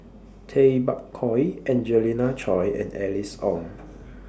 Tay Bak Koi Angelina Choy and Alice Ong